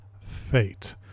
Fate